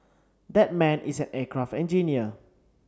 that man is an aircraft engineer